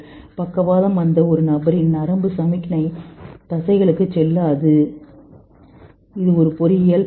பக்கவாதம் வரும் ஒரு நபர் மற்றும் நரம்பு சமிக்ஞை தசைகள் செல்ல போவதில்லை இது ஒரு பொறியியல் பிரச்சினை